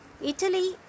Italy